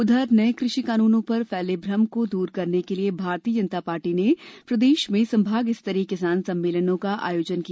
उधर नए कृषि कानूनों पर फैले भ्रम को दूर करने के लिए भारतीय जनता पार्टी ने प्रदेश में संभागस्तरीय किसान सम्मेलनों का आयोजन किया